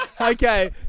Okay